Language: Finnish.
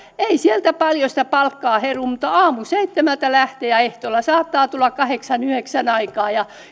ei sieltä paljon sitä palkkaa heru mutta aamuseitsemältä lähtee ja ehtoolla saattaa tulla kahdeksan yhdeksän aikaan ja